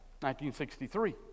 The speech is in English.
1963